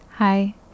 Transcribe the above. Hi